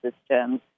systems